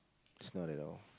it's not at all